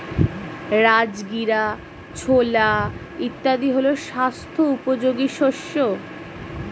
রাজগীরা, ছোলা ইত্যাদি হল স্বাস্থ্য উপযোগী শস্য